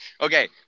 Okay